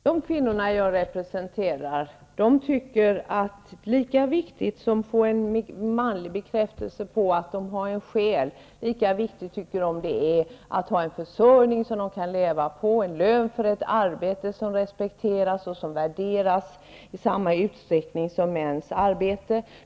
Herr talman! De kvinnor jag representerar tycker att lika viktigt som det är att få en manlig bekräftelse på att de har en själ, lika viktigt är det att ha en försörjning som de kan leva på, en lön för ett arbete som respekteras och som värderas i samma utsträckning som mäns arbete.